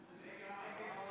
ההצעה להעביר